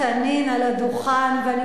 הקשבתי לך מזיל דמעות תנין על הדוכן ואני